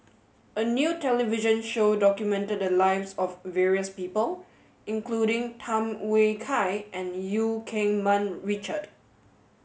a new television show documented the lives of various people including Tham Yui Kai and Eu Keng Mun Richard